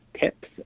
tips